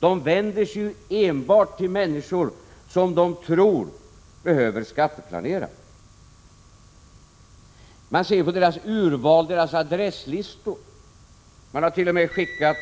Försäkringsbolagen vänder sig enbart till människor som de tror behöver skatteplanera. Man ser det på bolagens adressurval och adresslistor. Det har t.o.m. skickats